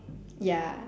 ya